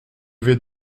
vais